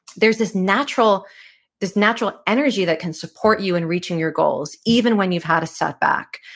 there's this natural this natural energy that can support you in reaching your goals, even when you've had a set back,